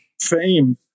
fame